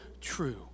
true